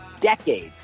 decades